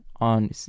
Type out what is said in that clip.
on